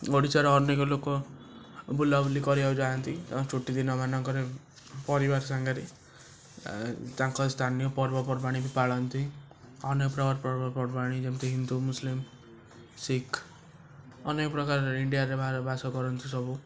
ଓଡ଼ିଶାର ଅନେକ ଲୋକ ବୁଲା ବୁଲି କରିବାକୁ ଯାଆନ୍ତି ଏବଂ ଛୁଟି ଦିନମାନଙ୍କରେ ପରିବାର ସାଙ୍ଗରେ ଏ ତାଙ୍କ ସ୍ଥାନୀୟ ପର୍ବପର୍ବାଣି ବି ପାଳନ୍ତି ଅନେକ ପ୍ରକାରର ପର୍ବପର୍ବାଣି ଯେମିତି କି ହିନ୍ଦୁ ମୁସଲିମ୍ ଶିଖ୍ ଅନେକ ପ୍ରକାରର ଇଣ୍ଡିଆରେ ବାହାରେ ବାସକରନ୍ତି ସବୁ